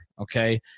okay